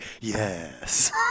yes